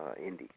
indie